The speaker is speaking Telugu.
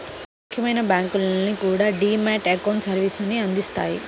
ముఖ్యమైన బ్యాంకులన్నీ కూడా డీ మ్యాట్ అకౌంట్ సర్వీసుని అందిత్తన్నాయి